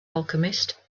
alchemist